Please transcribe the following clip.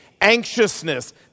anxiousness